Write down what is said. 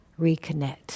reconnect